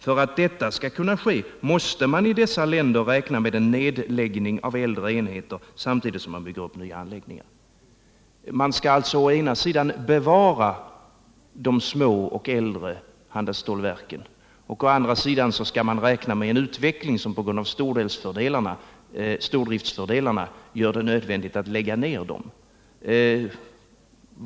För att detta skall kunna ske måste man i dessa länder räkna med en nedläggning av äldre enheter samtidigt som man bygger upp nya anläggningar.” Man skall alltså å ena sidan bevara de små och äldre handelsstålsverken, å andra sidan skall man räkna med en utveckling som på grund av stordriftsfördelarna gör det nödvändigt att lägga ned dem.